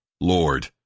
Lord